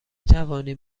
توانیم